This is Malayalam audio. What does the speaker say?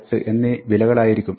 8 എന്നീ വിലകളായിരിക്കും